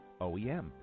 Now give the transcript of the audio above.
OEM